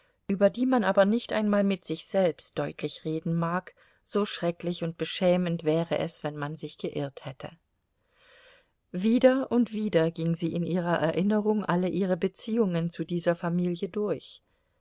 über die man aber nicht einmal mit sich selbst deutlich reden mag so schrecklich und beschämend wäre es wenn man sich geirrt hätte wieder und wieder ging sie in ihrer erinnerung alle ihre beziehungen zu dieser familie durch